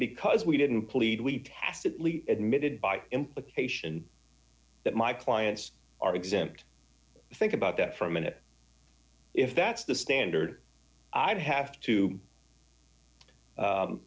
because we didn't plead we tacitly admitted by implication that my clients are exempt think about that for a minute if that's the standard i'd have to